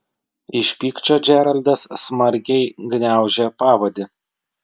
iš pykčio džeraldas smarkiai gniaužė pavadį